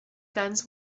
guns